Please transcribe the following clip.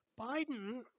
Biden